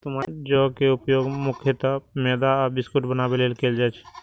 जौ के उपयोग मुख्यतः मैदा आ बिस्कुट बनाबै लेल कैल जाइ छै